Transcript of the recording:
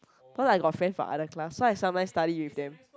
because I got friend from other class so I sometime study with them